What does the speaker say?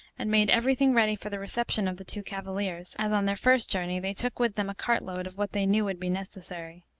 and made every thing ready for the reception of the two cavaliers, as, on their first journey, they took with them a cart-load of what they knew would be necessary.